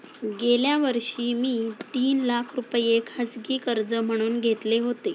गेल्या वर्षी मी तीन लाख रुपये खाजगी कर्ज म्हणून घेतले होते